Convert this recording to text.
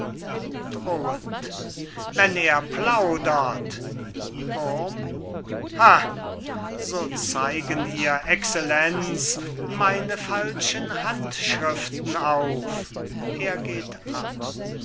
wenn er plaudert wurm lacht so zeigen ihr excellenz meine falschen handschriften auf er geht ab